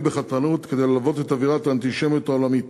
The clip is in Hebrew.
בחתרנות כדי ללבות את אווירת האנטישמיות העולמית.